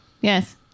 Yes